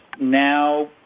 now